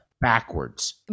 backwards